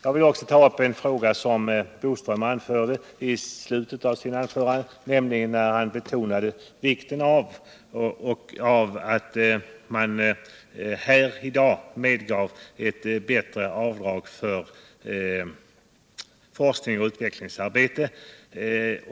Jag vill också beröra en fråga som Curt Boström tog upp i slutet av sitt anförande, där han betonade vikten av att medge bättre avdrag för kostnader för forskningsoch utvecklingsarbete.